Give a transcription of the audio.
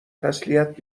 تسلیت